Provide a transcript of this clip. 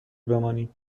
بمانیم